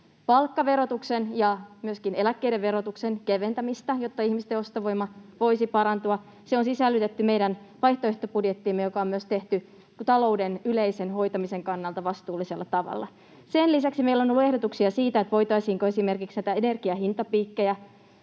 palkkaverotuksen ja myöskin eläkkeiden verotuksen keventämistä, jotta ihmisten ostovoima voisi parantua. Se on sisällytetty meidän vaihtoehtobudjettiimme, joka on myös tehty talouden yleisen hoitamisen kannalta vastuullisella tavalla. Sen lisäksi meillä on ollut ehdotuksia siitä, voitaisiinko esimerkiksi energian hintapiikkejä